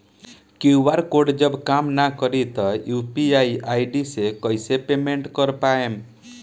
QR code जब काम ना करी त यू.पी.आई आई.डी से कइसे पेमेंट कर पाएम?